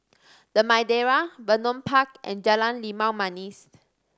The Madeira Vernon Park and Jalan Limau Manis